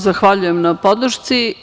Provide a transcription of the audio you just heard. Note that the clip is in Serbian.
Zahvaljujem se na podršci.